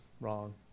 wrong